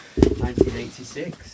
1986